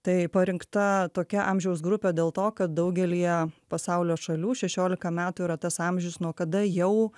tai parinkta tokia amžiaus grupė dėl to kad daugelyje pasaulio šalių šešiolika metų yra tas amžius nuo kada jau